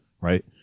right